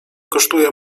kosztuje